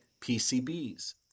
PCBs